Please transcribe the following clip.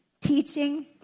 Teaching